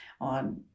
on